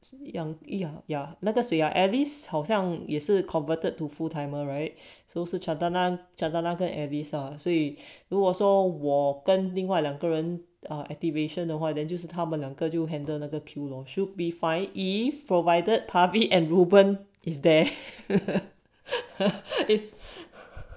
杨咿 ya ya 那个 so ya alice 好像也是 converted to full timer right so 是 chantana alice 了所以如果 so 我跟另外两个人哦 activation 的话 then 就是他们两个就 handled 那个 queue lor should be fine IF provided pabi and rEuben is there